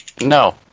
No